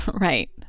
Right